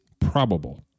probable